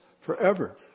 forever